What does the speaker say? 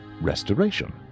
restoration